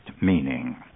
meaning